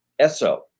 Esso